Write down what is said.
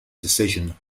decision